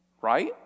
right